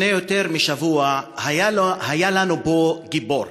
לפני יותר משבוע היה לנו פה גיבור